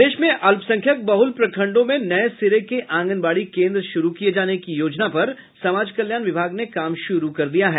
प्रदेश में अल्पसंख्यक बहल प्रखंडों में नये सिरे के आंगनबाड़ी केन्द्र शुरू किये जाने की योजना पर समाज कल्याण विभाग ने काम शुरू कर दिया है